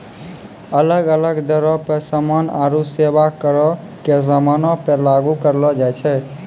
अलग अलग दरो पे समान आरु सेबा करो के समानो पे लागू करलो जाय छै